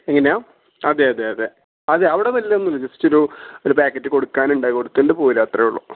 എങ്ങനെയാണ് അതെ അതെ അതെ അതെ അവിടെ വലിയ ഒന്നുമില്ല ജസ്റ്റ് ഒരു ഒരു പാക്കറ്റ് കൊടുക്കാനുണ്ട് അത് കൊടുത്തിട്ട് പോരുക അത്രയേ ഉള്ളൂ